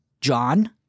John—